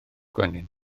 gwenyn